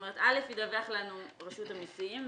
א' ידווח לנו מרשות המסים,